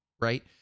right